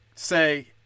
say